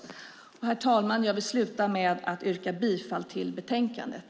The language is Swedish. Herr talman! Jag vill avsluta med att yrka bifall till förslaget i betänkandet.